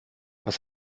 was